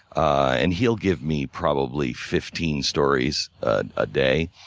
and he'll give me probably fifteen stories a day.